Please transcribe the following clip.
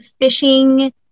fishing